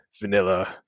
vanilla